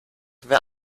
wer